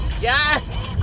Yes